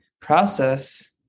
process